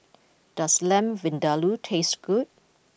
does Lamb Vindaloo taste good